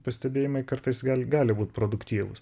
pastebėjimai kartais gal gali būt produktyvūs